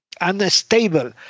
unstable